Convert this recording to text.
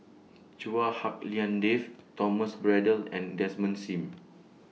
Chua Hak Lien Dave Thomas Braddell and Desmond SIM